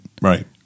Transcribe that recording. right